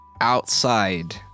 outside